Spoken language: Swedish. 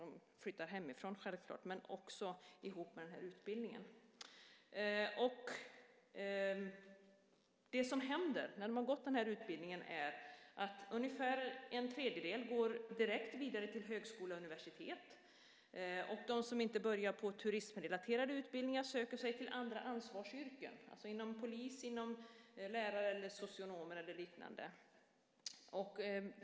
De flyttar ju självklart hemifrån, men det är också ett resultat av utbildningen. Efter utbildningen går ungefär en tredjedel direkt vidare till högskola och universitet. De som inte börjar på turismrelaterade utbildningar söker sig till andra ansvarsyrken, polis, lärare, socionomer och liknande.